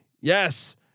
Yes